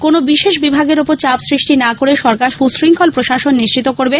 কোন বিশেষ বিভাগের ওপর চাপ সৃষ্টি না করে সরকার সুশৃঙ্খল প্রশাসন নিশ্চিত করবে